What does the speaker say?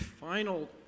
final